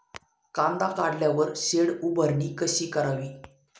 कांदा काढल्यावर शेड उभारणी कशी करावी?